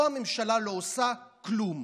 פה הממשלה לא עושה כלום,